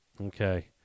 Okay